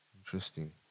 Interesting